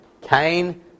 Cain